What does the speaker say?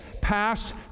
passed